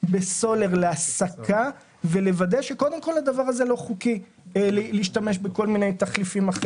בסולר להסקה מבחינת השימוש בכל מיני תחליפים.